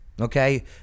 okay